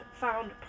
found